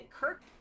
Kirk